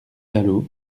dalloz